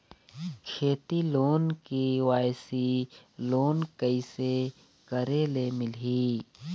खेती loan KYC loan कइसे करे ले मिलही?